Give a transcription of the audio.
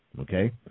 Okay